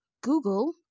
Google